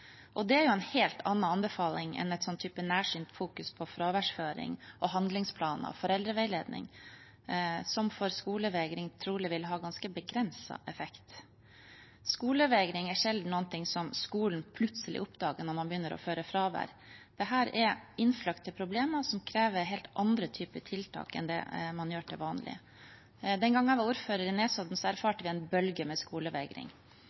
Det er en helt annen anbefaling enn et nærsynt fokus på fraværsføring, handlingsplaner og foreldreveiledning, som trolig vil ha ganske begrenset effekt på skolevegring. Skolevegring er sjelden noe skolen plutselig oppdager når man begynner å føre fravær. Dette er innfløkte problemer som krever helt andre typer tiltak enn man iverksetter til vanlig. Da jeg var ordfører i Nesodden, erfarte vi en bølge med skolevegring.